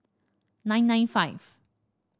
nine nine five